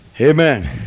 Amen